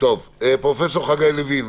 פרופ' חגי לוין,